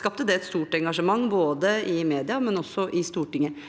skapte det et stort engasjement både i media og i Stortinget.